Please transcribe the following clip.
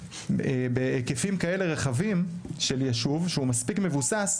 בהיקפים כאלה רחבים של יישוב שהוא מספיק מבוסס,